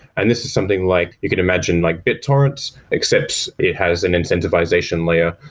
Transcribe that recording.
and this is something like you could imagine like bit torrent, except it has an incentivization layer.